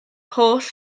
holl